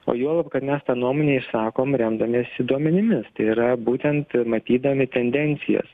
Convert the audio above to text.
o juolab kad mes tą nuomonę išsakom remdamiesi duomenimis tai yra būtent matydami tendencijas